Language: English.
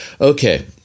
okay